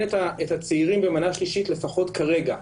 את הצעירים במנה שלישית לפחות כרגע,